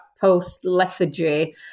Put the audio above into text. post-lethargy